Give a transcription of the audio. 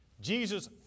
Jesus